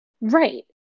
Right